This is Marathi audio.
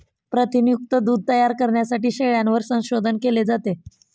प्रथिनयुक्त दूध तयार करण्यासाठी शेळ्यांवर संशोधन केले जाते